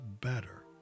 better